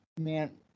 Man